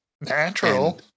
Natural